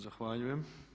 Zahvaljujem.